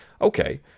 Okay